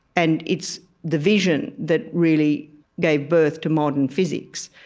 and it's the vision that really gave birth to modern physics,